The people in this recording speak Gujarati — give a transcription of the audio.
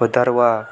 વધારવા